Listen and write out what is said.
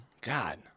God